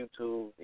youtube